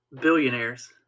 billionaires